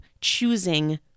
choosing